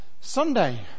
Sunday